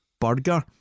burger